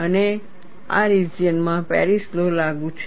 અને આ રિજિયન માં પેરિસ લૉ લાગુ છે